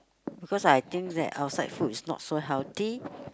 because I think that outside food is not so healthy